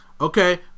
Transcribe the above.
Okay